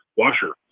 washer